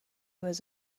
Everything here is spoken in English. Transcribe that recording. was